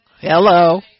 Hello